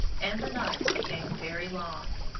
and the nights became very long.